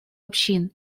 общин